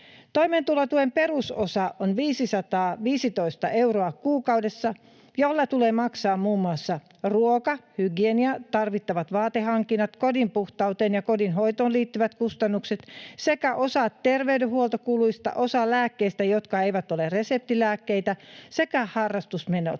Toimeentulotuen perusosa on 515 euroa kuukaudessa, jolla tulee maksaa muun muassa ruoka, hygienia, tarvittavat vaatehankinnat, kodin puhtauteen ja kodinhoitoon liittyvät kustannukset sekä osa terveydenhuoltokuluista, osa lääkkeistä, jotka eivät ole reseptilääkkeitä, sekä harrastusmenot.